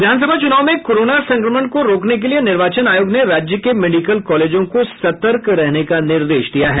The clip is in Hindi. विधानसभा चुनाव में कोरोना संक्रमण को रोकने के लिये निर्वाचन आयोग ने राज्य के मेडिकल कॉलेजों को सतर्क रहने का निर्देश दिया है